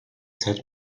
zeit